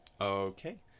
Okay